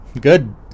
Good